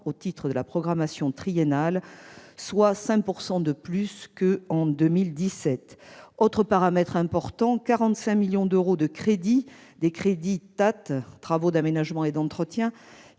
au titre de la programmation triennale, soit 5 % de plus par rapport à 2017. Autre paramètre important, en 2018, 45 millions d'euros de crédits- au titre des crédits TATE, travaux d'aménagement et d'entretien